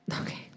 Okay